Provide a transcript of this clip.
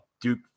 Duke